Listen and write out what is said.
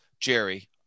Jerry